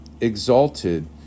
exalted